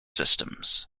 systems